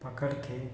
पकड़ के